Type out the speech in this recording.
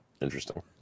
Interesting